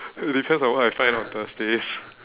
depends on what I find on thursdays